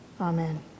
amen